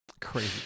Crazy